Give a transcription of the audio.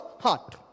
heart